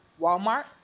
Walmart